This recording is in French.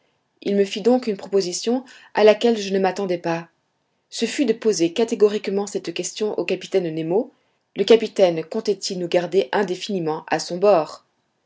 il me fit donc une proposition à laquelle je ne m'attendais pas ce fut de poser catégoriquement cette question au capitaine nemo le capitaine comptait-il nous garder indéfiniment à son bord